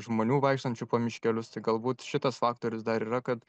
žmonių vaikštančių po miškelius tai galbūt šitas faktorius dar yra kad